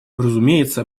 разумеется